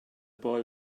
boy